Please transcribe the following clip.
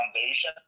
foundation